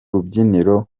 rubyiniro